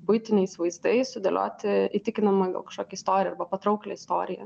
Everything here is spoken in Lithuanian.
buitiniais vaizdais sudėlioti įtikinamą gal kažkokią istoriją arba patrauklią istoriją